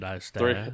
three